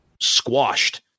squashed